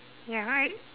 ya right